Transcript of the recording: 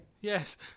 Yes